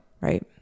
Right